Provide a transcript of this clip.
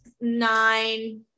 nine